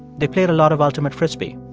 they played a lot of ultimate frisbee.